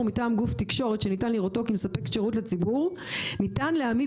מטעם גוף תקשורת שניתן לראותו כמספק שירות לציבור ניתן להעמיד